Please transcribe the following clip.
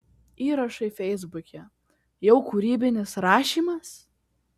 įrašai feisbuke jau kūrybinis rašymas